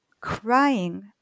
crying